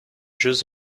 jeux